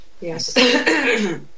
Yes